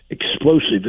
explosive